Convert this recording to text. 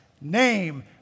name